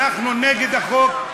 אנחנו נגד החוק,